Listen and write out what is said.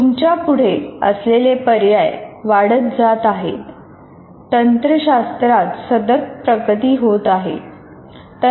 तुमच्या पुढे असलेले पर्याय वाढत जात आहेत